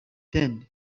then